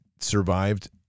survived